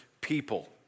People